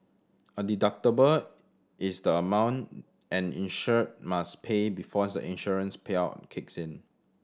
a deductible is the amount an insured must pay before the insurance payout kicks in